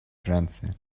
франция